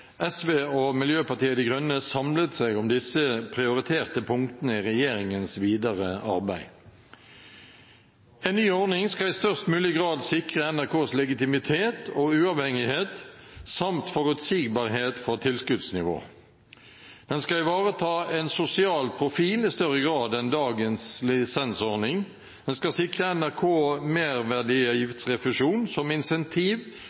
SV og Miljøpartiet De Grønne samlet seg om disse prioriterte punktene i regjeringens videre arbeid: En ny ordning skal i størst mulig grad sikre NRKs legitimitet og uavhengighet samt forutsigbarhet for tilskuddsnivå. Den skal ivareta en sosial profil i større grad enn dagens lisensordning. Den skal sikre NRK